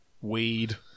weed